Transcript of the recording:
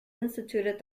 instituted